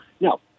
No